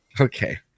Okay